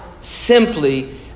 simply